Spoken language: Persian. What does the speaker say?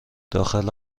داخل